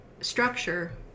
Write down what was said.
structure